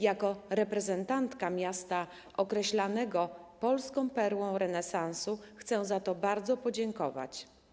Jako reprezentantka miasta określanego polską perłą renesansu chcę za to bardzo podziękować.